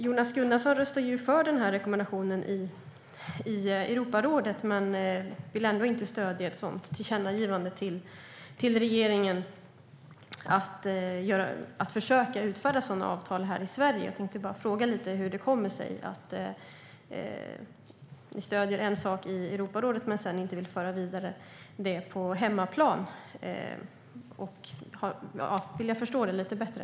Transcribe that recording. Jonas Gunnarsson röstade för den rekommendationen i Europarådet men vill ändå inte stödja ett tillkännagivande till regeringen att försöka utfärda sådana avtal här i Sverige. Jag vill fråga hur det kommer sig att ni stöder en sak i Europarådet men sedan inte vill föra frågan vidare på hemmaplan. Jag skulle vilja förstå det lite bättre.